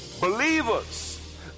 believers